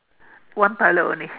one toilet only